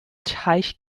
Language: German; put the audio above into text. teich